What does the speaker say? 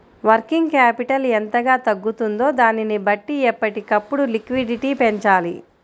working capital ఎంతగా తగ్గుతుందో దానిని బట్టి ఎప్పటికప్పుడు లిక్విడిటీ పెంచాలి